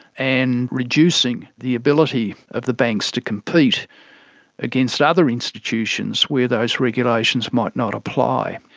and reducing the ability of the banks to compete against other institutions where those regulations might not apply.